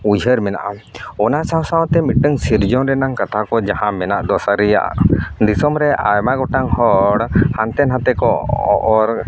ᱩᱭᱦᱟᱹᱨ ᱢᱮᱱᱟᱜᱼᱟ ᱚᱱᱟ ᱥᱟᱶ ᱥᱟᱶᱛᱮ ᱢᱤᱫᱴᱟᱱ ᱥᱤᱨᱡᱚᱱ ᱨᱮᱱᱟᱜ ᱠᱟᱛᱷᱟ ᱠᱚ ᱡᱟᱦᱟᱸ ᱢᱮᱱᱟᱜ ᱫᱚ ᱥᱟᱹᱨᱤᱭᱟᱜ ᱫᱤᱥᱚᱢ ᱨᱮ ᱟᱭᱢᱟ ᱜᱚᱴᱟᱝ ᱦᱚᱲ ᱦᱟᱱᱛᱮ ᱱᱟᱛᱮ ᱠᱚ ᱚᱨ